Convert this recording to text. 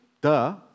duh